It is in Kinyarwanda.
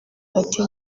ati